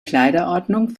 kleiderordnung